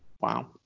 Wow